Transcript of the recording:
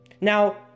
Now